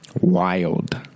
Wild